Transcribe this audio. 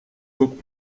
book